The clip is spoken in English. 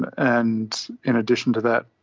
and in addition to that,